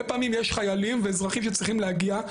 פעמים יש חיילים ואזרחים שצריכים להגיע,